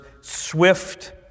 swift